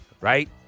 right